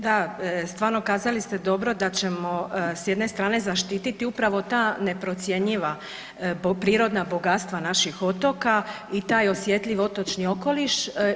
Da, stvarno kazali ste dobro da ćemo s jedne strane zaštiti upravo ta neprocjenjiva prirodna bogatstva naših otoka i taj osjetljiv otočni okoliš.